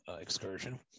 excursion